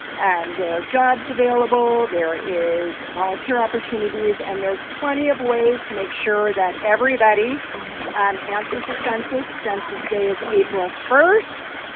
and there are jobs available. there is volunteer opportunities, and there's plenty of ways to make sure that everybody um answers the census, census day is april one.